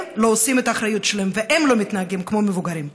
הם לא עושים את האחריות שלהם והם לא מתנהגים כמו מבוגרים.